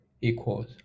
equals